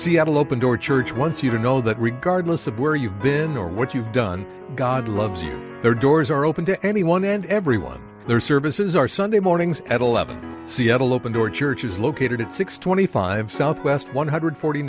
seattle open door church once you know that regardless of where you've been or what you've done god loves you there doors are open to anyone and everyone their services are sunday mornings at eleven seattle open door church is located at six twenty five south west one hundred forty